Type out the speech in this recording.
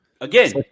Again